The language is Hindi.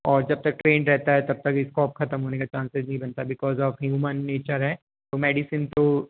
और जब तक ट्रेंड रहता है तब तक स्कोप खत्म होने का चान्सेस नहीं बनता बिकॉज ऑफ़ ह्यूमन नेचर है तो मेडिसिन तो